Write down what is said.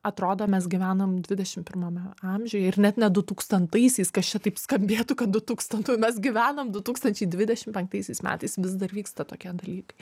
atrodo mes gyvenam dvidešim pirmame amžiuje ir net ne dutūkstantaisiais kas čia taip skambėtų kad dutūkstantųjų mes gyvenam du tūkstančiai dvidešim penktaisiais metais vis dar vyksta tokie dalykai